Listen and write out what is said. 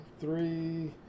three